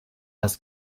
das